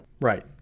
Right